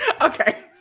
Okay